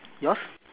yours